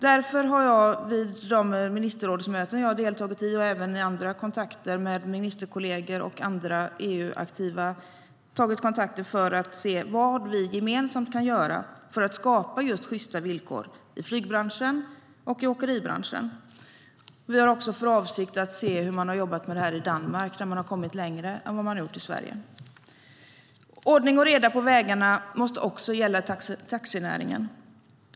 Därför har jag, vid de ministerrådsmöten som jag har deltagit i och även i andra sammanhang gentemot ministerkolleger och andra EU-aktiva, tagit kontakt för att se vad vi gemensamt kan göra för att skapa sjysta villkor i flygbranschen och i åkeribranschen. Vi har också för avsikt att se hur man har jobbat med detta i Danmark, där man har kommit längre än i Sverige.Ordning och reda på vägarna måste också gälla taxinäringen.